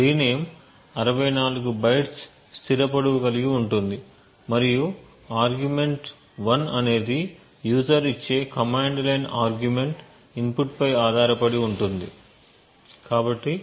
d name 64 bytes స్థిర పొడవు కలిగి ఉంటుంది మరియు ఆర్గ్యుమెంట్ 1 అనేది యూజర్ ఇచ్చే కమాండ్ లైన్ ఆర్గ్యుమెంట్ ఇన్పుట్ పై ఆధారపడి ఉంటుంది